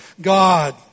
God